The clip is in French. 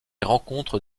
rencontrent